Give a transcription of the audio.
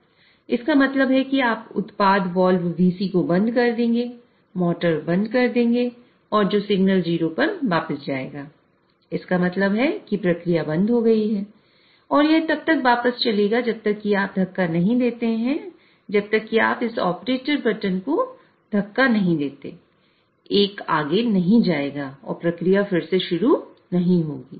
इसका मतलब है कि आप उत्पाद वाल्व VCको बंद कर देंगे मोटर बंद कर देंगे और जो सिग्नल 0 पर वापस जाएगा इसका मतलब है कि प्रक्रिया बंद हो गई है और यह तब तक वापस चलेगा जब तक आप धक्का नहीं देते जब तक कि ऑपरेटर इस बटन को धक्का नहीं देता 1आगे नहीं जाएगा और प्रक्रिया फिर से शुरू नहीं होगी